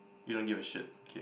you don't give a shit okay